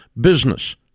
business